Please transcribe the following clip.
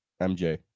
MJ